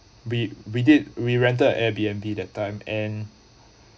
we we did we rented air B_N_B that time and